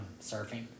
surfing